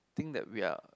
think that we are